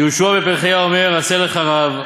יהושע בן פרחיה אומר: עשה לך רב,